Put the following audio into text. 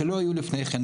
שלא היו לפני כן,